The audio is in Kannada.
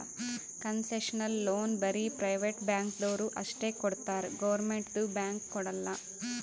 ಕನ್ಸೆಷನಲ್ ಲೋನ್ ಬರೇ ಪ್ರೈವೇಟ್ ಬ್ಯಾಂಕ್ದವ್ರು ಅಷ್ಟೇ ಕೊಡ್ತಾರ್ ಗೌರ್ಮೆಂಟ್ದು ಬ್ಯಾಂಕ್ ಕೊಡಲ್ಲ